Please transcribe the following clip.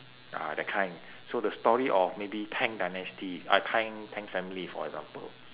ah that kind so the story of maybe tang dynasty uh tang tang family for example